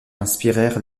inspirèrent